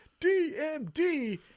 DMD